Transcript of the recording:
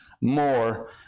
more